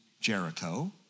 Jericho